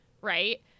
right